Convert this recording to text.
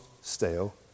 stale